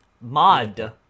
Mod